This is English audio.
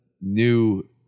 new